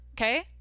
okay